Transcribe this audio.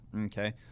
Okay